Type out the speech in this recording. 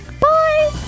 bye